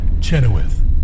Chenoweth